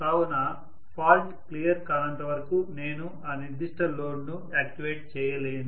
కావున fault clear కానంతవరకు నేను ఆ నిర్దిష్ట లోడ్ ను యాక్టివేట్ చేయలేను